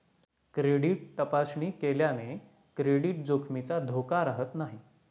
credit तपासणी केल्याने credit जोखमीचा धोका राहत नाही